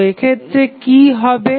তো এক্ষেত্রে কি হবে